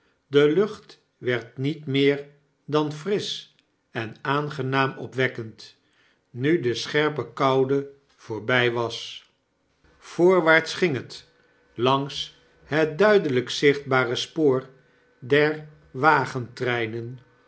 de lucht werd niet meer dan frisch en aangenaam opwekkend nu de scherpe koude voorby was voorwaarts ging het langs het duidelyk zichtbare spoor der